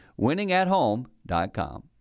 winningathome.com